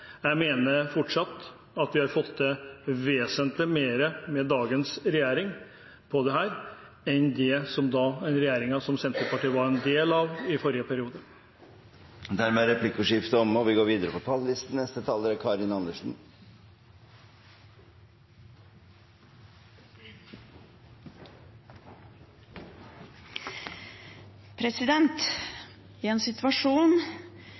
Jeg mener fortsatt at vi har fått til vesentlig mer på dette området med dagens regjering, enn med den regjeringen som Senterpartiet var en del av i forrige periode. Dermed er replikkordskiftet omme. I en situasjon